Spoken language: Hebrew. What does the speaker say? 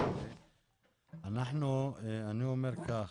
אני אומר כך: